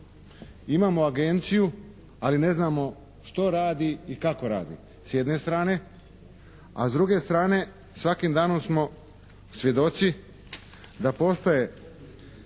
Imamo agenciju ali ne znamo što radi i kako radi s jedne strane, a s druge strane svakim danom smo svjedoci da postoje